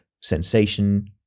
sensation